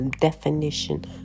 definition